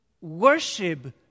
worship